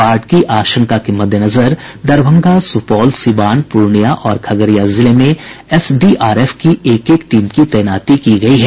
बाढ़ की आशंका के मद्देनजर दरभंगा सुपौल सिवान पूर्णिया और खगड़िया जिले में एसडीआरएफ की एक एक टीम की तैनाती की गयी है